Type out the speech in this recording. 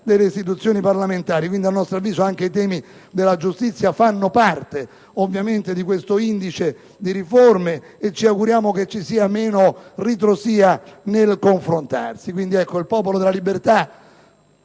delle istituzioni parlamentari. Quindi, a nostro avviso, anche i temi della giustizia fanno ovviamente parte di questo indice di riforme e ci auguriamo che vi sia meno ritrosia nel confrontarsi. Il Popolo della Libertà,